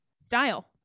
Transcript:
style